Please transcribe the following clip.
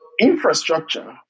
infrastructure